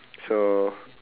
so